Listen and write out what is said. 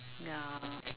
ya